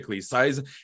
size